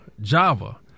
Java